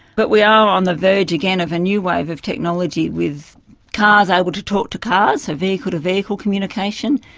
but we are on the verge again of a new wave of technology with cars able to talk to cars, so vehicle to vehicle communication,